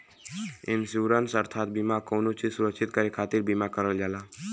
insurance अर्थात बीमा कउनो चीज सुरक्षित करे खातिर बीमा करल जाला